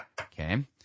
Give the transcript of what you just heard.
Okay